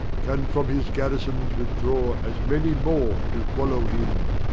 can from his garrisons withdraw as many more to follow him.